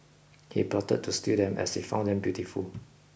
he plotted to steal them as he found them beautiful